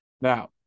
Now